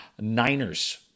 Niners